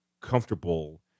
comfortable